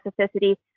specificity